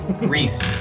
Reese